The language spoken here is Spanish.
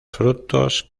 frutos